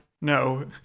no